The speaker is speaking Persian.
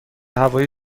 هوای